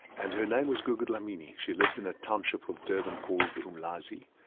and her name was gugu dlamini, she lived in a township of durban called umlazi,